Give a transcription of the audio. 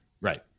right